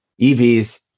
EVs